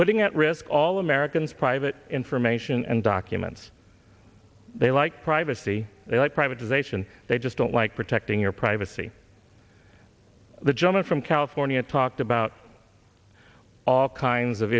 putting at risk all americans private information and documents they like privacy they like privatization they just don't like protecting your privacy the john from california talked about all kinds of